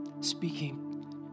Speaking